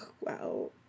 Wow